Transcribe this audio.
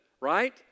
right